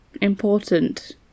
important